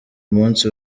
munsi